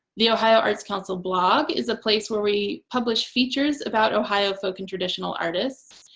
the ohio arts council blog is a place where we publish features about ohio folk and traditional artists,